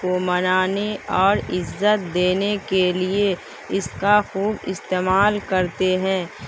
کو منانے اور عزت دینے کے لیے اس کا خوب استعمال کرتے ہیں